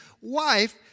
wife